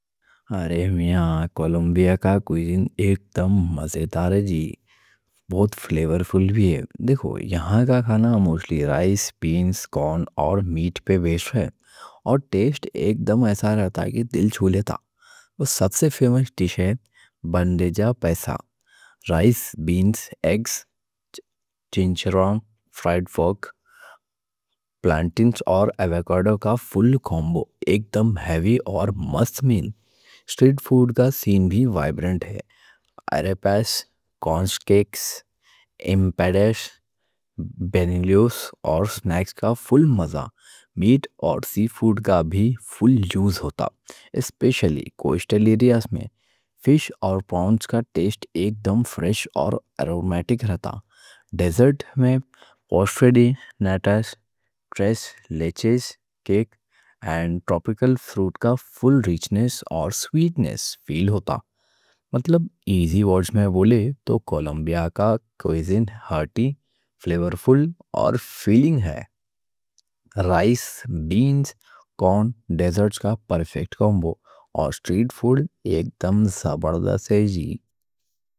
ارے میاں، کولمبیا کا کوئزین ایکدم مزیدار ہے جی، بہت فلیورفُل بھی ہے۔ دیکھو، یہاں کا کھانا موسٹلی رائس، بینز، کارن اور میٹ پہ بیس ہے، اور ٹیسٹ ایکدم ایسا رہتا ہے کہ دل چھو لیتا ہے۔ وہ سب سے فیمس ڈِش بانڈیجا پایسا: رائس، بینز، ایگز، چِچَرون، فرائیڈ پورک، پلانٹنز اور ایووکاڈو کا فُل کومبو، ایکدم ہیوی اور مست میل۔ سٹریٹ فوڈ کا سین بھی وائبرنٹ ہے: آریپاس، کارن کیکس، ایمپناداز، بنیویلوس اور سنیکس کا فُل مزہ، میٹ اور سی فوڈ کا بھی فُل یوز ہوتا۔ اسپیشلی کوسٹل ایریاز میں فِش اور پراؤنز کا ٹیسٹ ایکدم فریش اور ایرومیٹک رہتا۔ ڈیزرٹ میں پوسٹرے دے ناتاس، ٹریس لیچس کیک اور ٹروپیکل فروٹ کا فُل ریچنس اور سویٹنس فیل ہوتا۔ مطلب ایزی وے میں بولے تو کولمبیا کا کوئزین ہارٹی، فلیورفُل اور فِلنگ ہے۔ رائس، بینز، کارن کا پرفیکٹ کومبو، اور سٹریٹ فوڈ ایکدم زبردست ہے جی۔